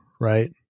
right